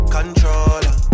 Controller